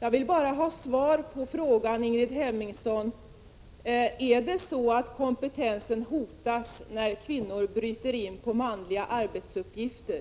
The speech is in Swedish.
Jag vill bara att Ingrid Hemmingsson svarar på frågan: Är det så, att kompetensen hotas när kvinnor bryter in på områden med manliga arbetsuppgifter?